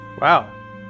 wow